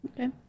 Okay